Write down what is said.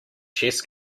chess